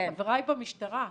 חבריי במשטרה?